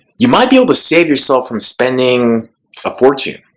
you might be able to save yourself from spending a fortune.